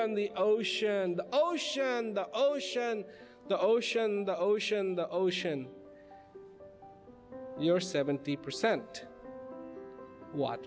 and the ocean the ocean the ocean the ocean the ocean you're seventy percent what